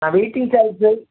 நான் வெயிட்டிங் சார்ஜை சேர்த்